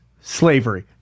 slavery